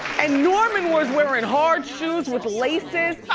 and norman was wearin' hard shoes with laces.